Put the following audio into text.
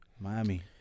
Miami